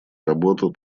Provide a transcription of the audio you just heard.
работу